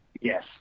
Yes